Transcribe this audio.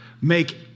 Make